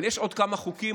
אבל יש עוד כמה חוקים.